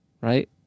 right